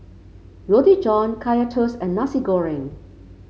Roti John Kaya Toast and Nasi Goreng